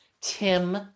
Tim